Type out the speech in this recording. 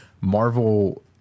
Marvel